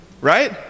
right